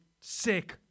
sick